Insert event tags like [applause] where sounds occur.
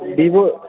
[unintelligible]